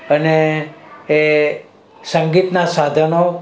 અને એ સંગીતના સાધનો